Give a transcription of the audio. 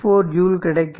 4 joule கிடைக்கும்